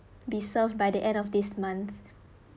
be served by the end of this month